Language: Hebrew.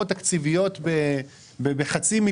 משרד החינוך ומשרד האוצר לא מצאו לנכון לתקצב את אותם 84 מיליון